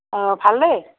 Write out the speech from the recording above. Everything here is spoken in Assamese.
অঁ ভালেই